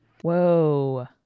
Whoa